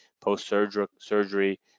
post-surgery